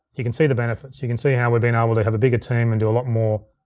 you can see the benefits. you can see how we're being able to have a bigger team and do a lot more.